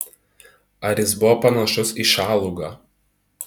ar jis buvo panašus į šalugą